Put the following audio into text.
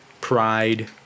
pride